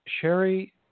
Sherry